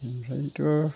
ओमफ्रायथ'